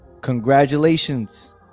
Congratulations